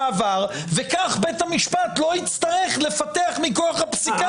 גלעד קריב ובית המשפט הוא אמון על האינטרס הציבורי.